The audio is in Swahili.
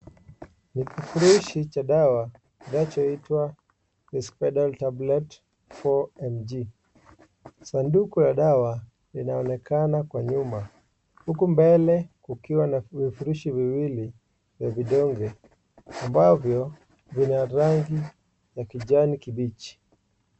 Ni kifurushi cha dawa kinachoitwa Risperdol tablets 4mg . Sanduku la dawa linaonekana kwa nyuma huku mbele kukiwa na vifurushi viwili vya vidonge ambayo vina rangi ya kijani kibichi.